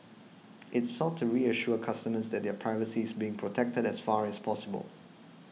it's sought to reassure customers that their privacy is being protected as far as possible